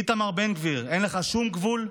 איתמר בן גביר, אין לך שום גבול.